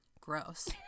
Gross